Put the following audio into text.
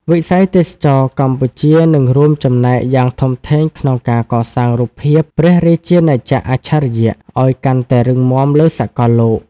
វិស័យទេសចរណ៍កម្ពុជានឹងរួមចំណែកយ៉ាងធំធេងក្នុងការកសាងរូបភាព "ព្រះរាជាណាចក្រអច្ឆរិយ" ឱ្យកាន់តែរឹងមាំលើសកលលោក។